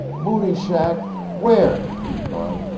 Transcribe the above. mooney's shack where? he cried.